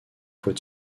fois